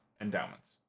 endowments